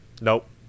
nope